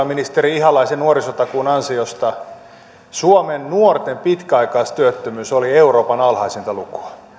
ministeri ihalaisen nuorisotakuun ansiosta suomen nuorten pitkäaikaistyöttömyys oli euroopan alhaisinta lukua